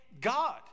God